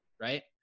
right